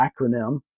acronym